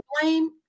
blame